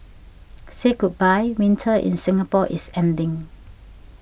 say goodbye winter in Singapore is ending